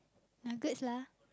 nuggets lah